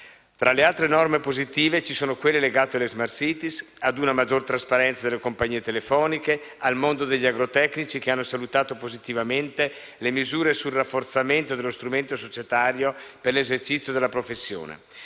Tra le altre norme positive ci sono quelle legate alle *smart city*, ad una maggiore trasparenza delle compagnie telefoniche, al mondo degli agrotecnici che hanno salutato positivamente le misure sul rafforzamento dello strumento societario per l'esercizio della professione.